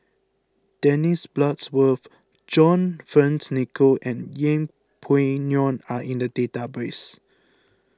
Dennis Bloodworth John Fearns Nicoll and Yeng Pway Ngon are in the database